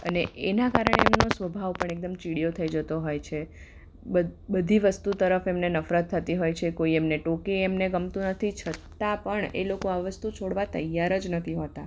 અને એનાં કારણે એમનો સ્વભાવ પણ એકદમ ચીડિયો થઈ જતો હોય છે બધી વસ્તુ તરફ એમને નફરત થતી હોય છે કોઈ એમને ટોકે એ એમને ગમતું નથી છતાં પણ એ લોકો આ વસ્તુ છોડવાં તૈયાર જ નથી હોતાં